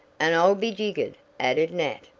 and i'll be jiggered! added nat.